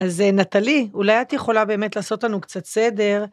אז נטלי, אולי את יכולה באמת לעשות לנו קצת סדר.